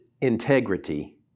integrity